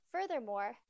Furthermore